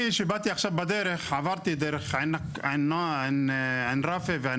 אני כשבאתי עכשיו בדרך עברתי דרך עין רפא ועין